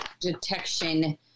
detection